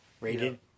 rated